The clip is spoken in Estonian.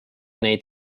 neid